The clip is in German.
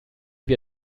wir